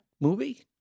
movie